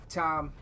tom